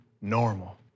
normal